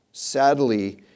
Sadly